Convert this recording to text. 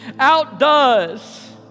outdoes